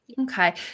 Okay